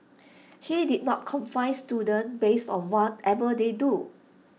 he did not confine students based on whatever they drew